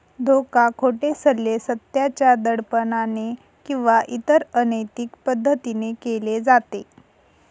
धोका, खोटे सल्ले, सत्याच्या दडपणाने किंवा इतर अनैतिक पद्धतीने केले जाते